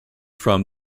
from